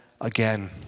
again